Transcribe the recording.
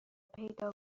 پیدا